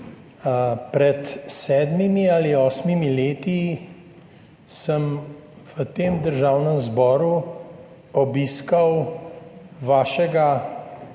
Pred sedmimi ali osmimi leti sem v tem Državnem zboru obiskal vašega